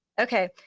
Okay